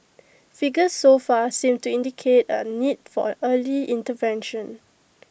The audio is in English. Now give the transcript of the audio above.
figures so far seem to indicate A need for A early intervention